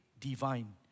divine